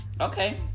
okay